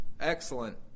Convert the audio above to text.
excellent